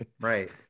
Right